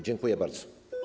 Dziękuję bardzo.